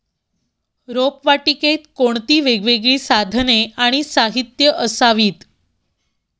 रोपवाटिकेत कोणती वेगवेगळी साधने आणि साहित्य असावीत?